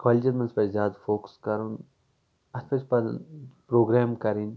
کالجن منٛز پَزِ زیادٕ فوکَس کَرُن اَتھ پَزِ پروگرام کَرٕنۍ